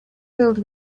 filled